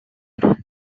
group